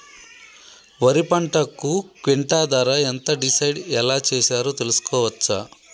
వరి పంటకు క్వింటా ధర ఎంత డిసైడ్ ఎలా చేశారు తెలుసుకోవచ్చా?